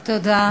תודה, תודה.